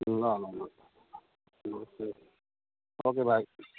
ल ल ल ओके भाइ